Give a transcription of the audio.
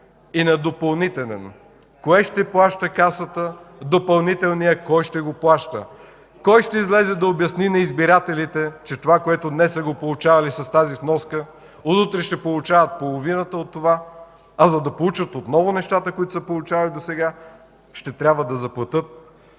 и на допълнителен, кое ще плаща Касата, кой ще плаща допълнителния? Кой ще излезе да обясни на избирателите, че това, което днес са получавали с тази вноска, утре ще получават половината, а за да получат отново нещата, които са получавали досега, ще трябва да заплатят